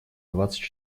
двадцать